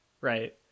right